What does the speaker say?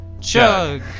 Chug